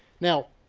now,